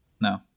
No